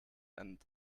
and